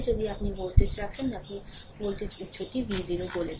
যদি আপনি ভোল্টেজ রাখেন আপনি যাকে ভোল্টেজ উত্সটি v 0 বলছেন